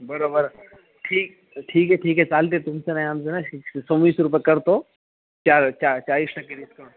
बरं बरं ठीक ठीक आहे ठीक आहे चालते तुमचं नाही आमचं नाही सव्वीस रुपये करतो चार चा चाळीस टक्के डिस्काउंट